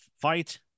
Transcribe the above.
fight